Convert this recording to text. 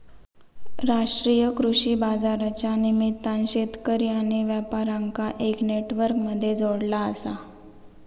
राष्ट्रीय कृषि बाजारच्या निमित्तान शेतकरी आणि व्यापार्यांका एका नेटवर्क मध्ये जोडला आसा